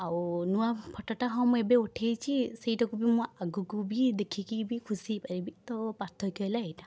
ଆଉ ନୂଆ ଫଟୋଟା ହଁ ମୁଁ ଏବେ ଉଠେଇଛି ସେଇଟାକୁ ବି ମୁଁ ଆଗକୁ ଭି ଦେଖିକି ବି ଖୁସି ହେଇପାରିବି ତ ପାର୍ଥକ୍ୟ ହେଲା ଏଇଟା